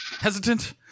Hesitant